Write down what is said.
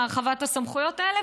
מהרחבת הסמכויות האלה,